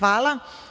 Hvala.